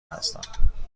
هستم